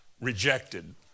rejected